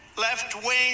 left-wing